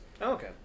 okay